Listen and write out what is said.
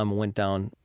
um went down,